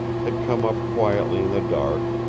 had come up quietly in the dark,